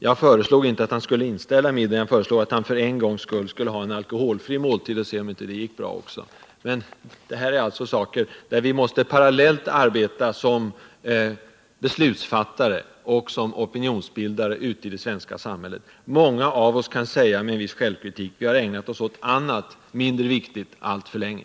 Jag föreslog inte att han skulle inställa middagen, utan att han för en gångs skull skulle bjuda på en alkoholfri måltid och se om inte det gick bra. Här måste vi alltså arbeta parallellt som beslutsfattare och som opinions bildare ute i det svenska samhället. Många av oss kan säga med viss självkritik: Vi har ägnat oss åt annat, mindre viktigt, alltför länge.